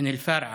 אל-פורעה,